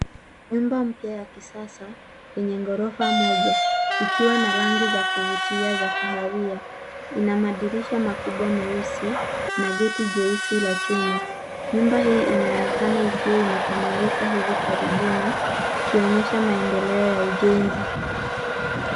Nyumba mpya ya kisasa yenye ghorofa moja ikiwa na rangi za kuvutia za kahawia, ina madirisha makubwa meusi na geti jeusi la chuma. Nyumba hii imeonekana ikiwa imekamilika hivi karibuni ikionyesha maendeleo ya ujenzi.